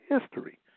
history